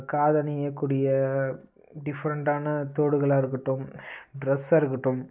காதணியக்கூடிய டிஃப்ரெண்டான தோடுகளாக இருக்கட்டும் ட்ரெஸ்ஸாக இருக்கட்டும்